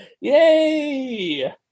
Yay